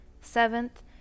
seventh